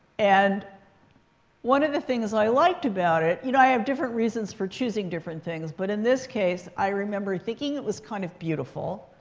and one of the things i liked about it you know, i have different reasons for choosing different things. but in this case, i remember thinking it was kind of beautiful,